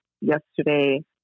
Yesterday